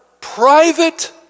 private